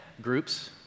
groups